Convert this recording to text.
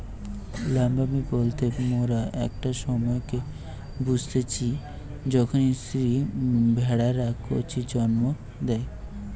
lambing বলতে মোরা একটা সময়কে বুঝতিচী যখন স্ত্রী ভেড়ারা কচি জন্ম দেয়